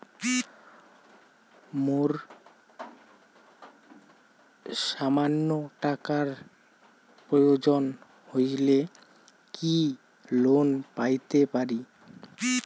মোর সামান্য টাকার প্রয়োজন হইলে কি লোন পাইতে পারি?